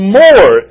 more